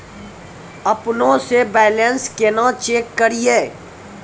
अपनों से बैलेंस केना चेक करियै?